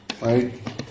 Right